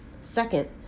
Second